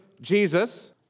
Jesus